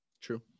true